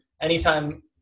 anytime